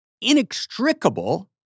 inextricable